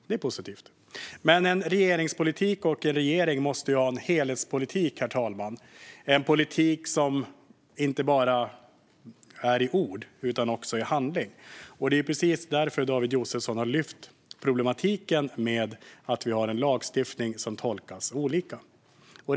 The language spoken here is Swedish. Det är positivt. Men en regering måste ha en helhetspolitik, herr talman. Man måste ha en politik som inte bara uttrycks i ord utan också i handling. Det är precis därför som David Josefsson har lyft fram problematiken med att vi har en lagstiftning som tolkas olika.